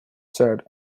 said